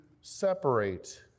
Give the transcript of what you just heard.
separate